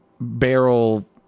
barrel